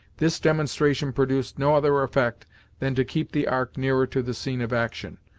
this demonstration produced no other effect than to keep the ark nearer to the scene of action,